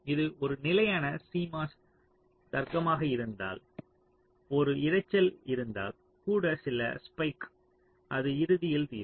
இது ஒரு நிலையான CMOS தர்க்கமாக இருந்தால் ஒரு இரைச்சல் இருந்தால் கூட சில ஸ்பைக் அது இறுதியில் தீரும்